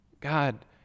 God